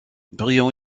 brian